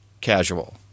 casual